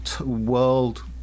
world